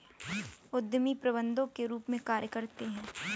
उद्यमी प्रबंधकों के रूप में कार्य करते हैं